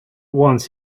once